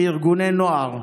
ארגוני נוער.